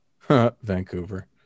vancouver